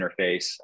interface